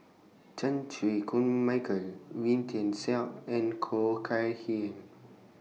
Chan Chew Koon Michael Wee Tian Siak and Khoo Kay Hian